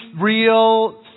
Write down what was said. real